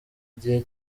gihe